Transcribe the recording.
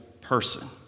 person